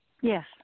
yes